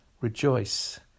rejoice